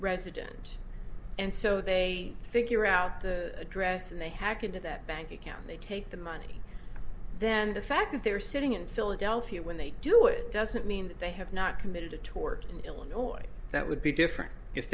resident and so they figure out the address and they hack into that bank account they take the money then the fact that they're sitting in philadelphia when they do it doesn't mean that they have not committed a tort in illinois that would be different if